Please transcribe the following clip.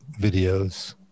Videos